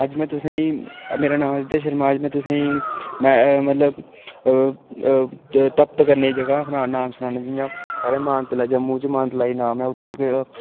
अज्ज में तुसेंगी मेरा नांऽ आदित्य शर्मा अज्ज में तुसेंगी अज्ज तप करने दी जगह सनाना जगह साढ़े मानतलाई जम्मू च मानतलाई इक्क जगह उत्थै